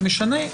זה משנה.